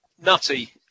Nutty